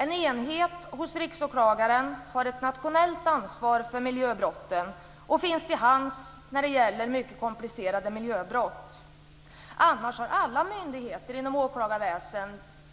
En enhet hos Riksåklagaren har ett nationellt ansvar för miljöbrotten och finns till hands när det gäller mycket komplicerade miljöbrott. Annars har alla myndigheter inom